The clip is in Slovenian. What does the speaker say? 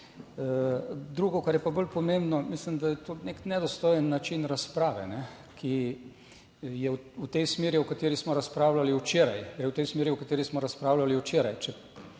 Drugo, kar je pa bolj pomembno, mislim, da je to nek nedostojen način razprave, ki je v tej smeri, o kateri smo razpravljali včeraj,